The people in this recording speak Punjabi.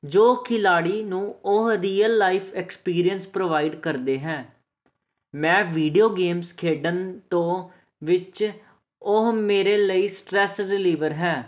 ਜੋ ਖਿਲਾੜੀ ਨੂੰ ਉਹ ਰੀਅਲ ਲਾਈਫ ਐਕਸਪੀਰੀਅਸ ਪ੍ਰੋਵਾਈਡ ਕਰਦੇ ਹੈ ਮੈਂ ਵੀਡੀਓ ਗੇਮਸ ਖੇਡਣ ਤੋਂ ਵਿੱਚ ਉਹ ਮੇਰੇ ਲਈ ਸਟਰੈਸ ਰਿਲੀਵਰ ਹੈ